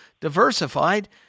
diversified